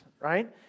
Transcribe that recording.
right